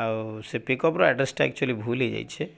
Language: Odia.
ଆଉ ସେ ପିକ୍ଅପ୍ର ଆଡ଼୍ରେସ୍ଟା ଆକ୍ଚୁଆଲି ଭୁଲ୍ ହେଇଯାଇଛେ